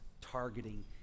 targeting